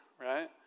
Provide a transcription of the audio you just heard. right